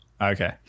Okay